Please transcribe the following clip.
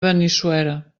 benissuera